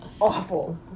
Awful